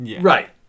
Right